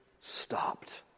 stopped